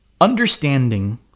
Understanding